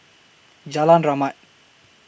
Jalan Rahmat